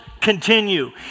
continue